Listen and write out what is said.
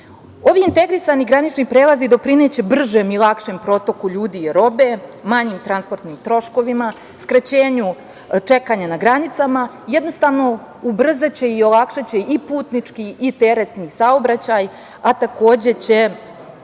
BiH.Ovi integrisani granični prelazi doprineće bržem i lakšem protoku ljudi i robe, manjim transportnim troškovima, skraćenju čekanja na granicama, jednostavno, ubrzaće i olakšaće i putnički i teretni saobraćaj, a takođe će